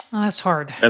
that's hard. and